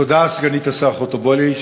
תודה, סגנית השר חוטובלי.